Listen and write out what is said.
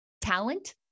talent